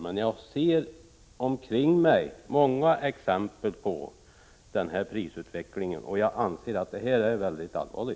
Men jag ser omkring mig många exempel på prisutvecklingen, och jag anser att frågan är allvarlig.